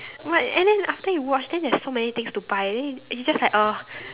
but and then after you watch then there's so many things to buy then you you just like !ugh!